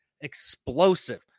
explosive